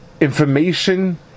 information